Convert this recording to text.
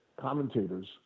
commentators